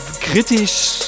kritisch